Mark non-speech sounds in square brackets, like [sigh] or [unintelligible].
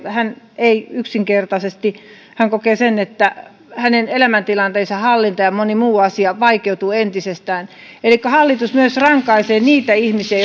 hän yksinkertaisesti kokee sen että hänen elämäntilanteensa hallinta ja moni muu asia vaikeutuu entisestään elikkä hallitus myös rankaisee niitä ihmisiä [unintelligible]